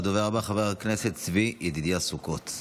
הדובר הבא, חבר הכנסת צבי ידידיה סוכות.